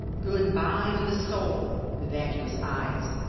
goodbye to the soul, the vacuous eyes.